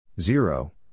zero